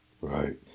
Right